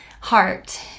heart